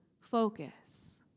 focus